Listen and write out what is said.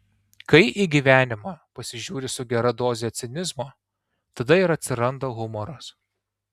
kai į gyvenimą pasižiūri su gera doze cinizmo tada ir atsiranda humoras